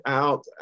out